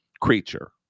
creature